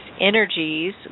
energies